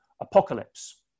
Apocalypse